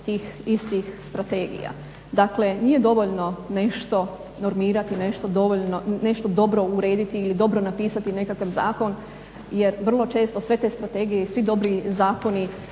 istih strategija. Dakle, nije dovoljno nešto normirati, nešto dobro urediti ili dobro napisati nekakav zakon jer vrlo često sve te strategije i svi dobri zakoni